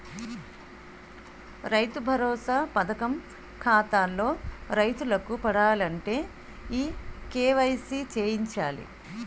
రైతు భరోసా పథకం ఖాతాల్లో రైతులకు పడాలంటే ఈ కేవైసీ చేయించాలి